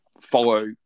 follow